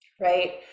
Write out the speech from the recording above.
right